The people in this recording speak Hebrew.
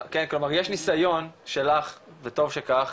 כלומר יש ניסיון שלך וטוב שכך,